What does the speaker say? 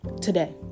today